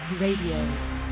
Radio